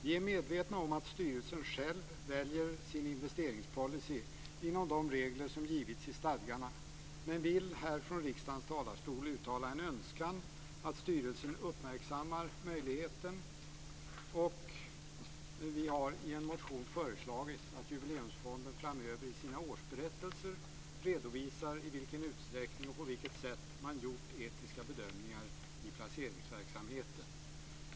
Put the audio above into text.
Vi är medvetna om att styrelsen själv väljer sin investeringspolicy inom de regler som givits i stadgarna, men vi vill här från riksdagens talarstol uttala en önskan att styrelsen uppmärksammar möjligheten. Vi har i en motion föreslagit att Jubileumsfonden framöver i sina årsberättelser redovisar i vilken utsträckning och på vilket sätt man gjort etiska bedömningar i placeringsverksamheten.